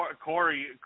Corey